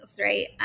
right